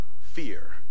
fear